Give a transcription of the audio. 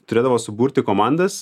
turėdavo suburti komandas